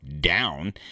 down